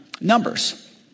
Numbers